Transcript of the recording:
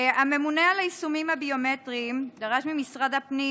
הממונה על היישומים הביומטריים דרש ממשרד הפנים